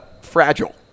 fragile